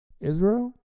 Israel